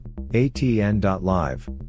ATN.live